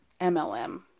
MLM